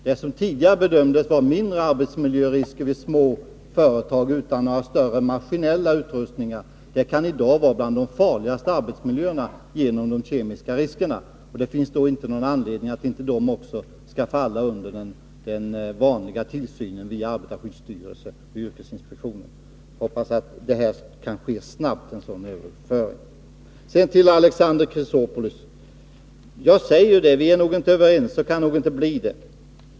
Det som tidigare bedömdes vara mindre riskfyllda arbetsmiljöer vid små företag utan några större maskinella utrustningar kan i dag vara bland de farligaste arbetsmiljöerna på grund av de kemiska riskerna. Det finns då inte någon anledning att inte de också skall falla under den vanliga tillsynen via arbetarskyddsstyrelsen och yrkesinspektionen. Jag hoppas att en sådan överföring kan ske snart. Sedan till Alexander Chrisopoulos. Vi är inte överens, och vi kan nog inte bli det.